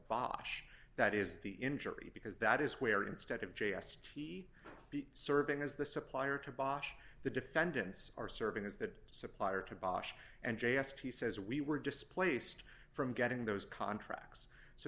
bosh that is the injury because that is where instead of j s t be serving as the supplier to bosh the defendants are serving as that supplier to bosh and j s he says we were displaced from getting those contracts so